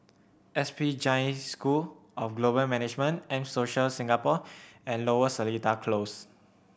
S P Jain School of Global Management M Social Singapore and Lower Seletar Close